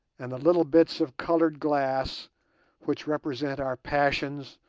and the little bits of coloured glass which represent our passions,